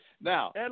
Now